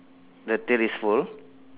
the tail is full